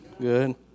Good